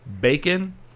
bacon